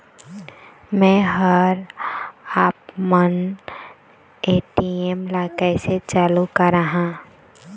मैं हर आपमन ए.टी.एम ला कैसे चालू कराहां?